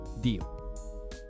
deal